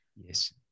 Yes